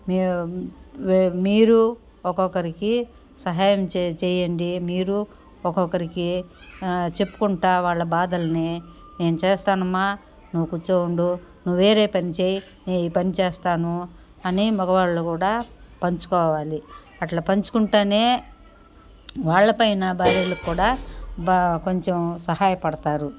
మీరు మీరు ఒక్కొక్కరికి సహాయం చే చెయ్యండి మీరు ఒక్కొక్కరికి చెప్పుకుంటా వాళ్ళ బాధల్ని నేను చేస్తానమ్మా నువ్వు కూర్చుండు నువ్వు వేరే పని చెయ్ నేను ఈ పని చేస్తాను అని మగవాళ్ళు కూడా పంచుకోవాలి అట్లా పంచుకుంటేనే వాళ్లపైన భార్యలకు కూడా బాగా కొంచెం సహాయపడతారు